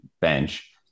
bench